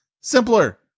simpler